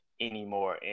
anymore